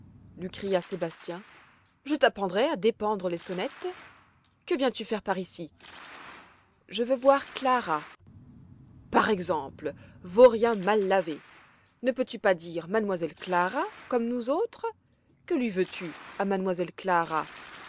lui cria sébastien je t'apprendrai à dépendre les sonnettes que viens-tu faire par ici je veux voir clara par exemple vaurien mal lavé ne peux-tu pas dire m elle clara comme nous autres que lui veux-tu à m elle clara